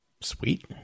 Sweet